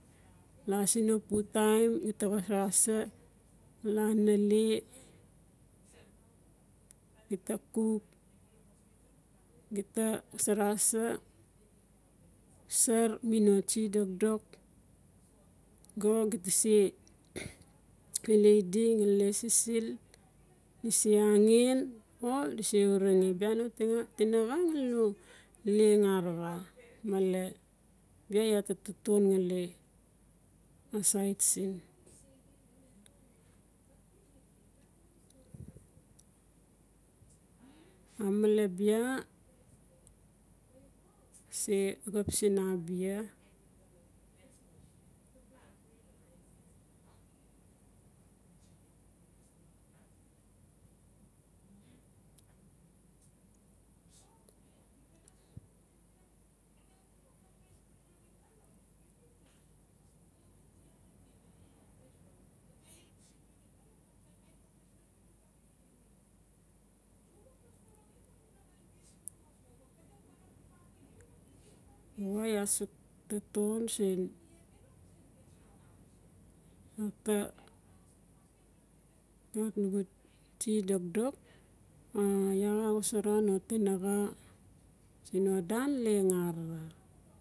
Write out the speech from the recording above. Laa siin no pu taim uta xosara sa hala nale gita kuk gita xosara sa sar mino tsie dokdok o gita se ilei di ngali le sisil. Dise angen o dise urange bia no tinaxa ngali no leng arara male bia se xap siin abia iaa suk taton siin uta lot nugu tsie dokdok o iaa xa xosara no tinaxa siin no dan leng arara.